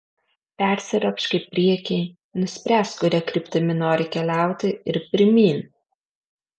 persiropšk į priekį nuspręsk kuria kryptimi nori keliauti ir pirmyn